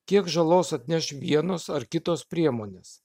kiek žalos atneš vienos ar kitos priemonės